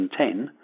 2010